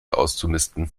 auszumisten